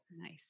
nice